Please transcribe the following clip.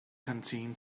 canteen